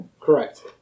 Correct